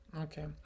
okay